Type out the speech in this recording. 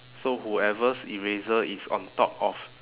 so whoever's eraser is on top of